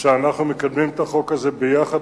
שאנחנו מקדמים את החוק הזה ביחד,